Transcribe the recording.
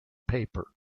paper